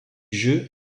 jeu